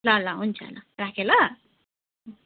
ल ल हुन्छ ल राखेँ ल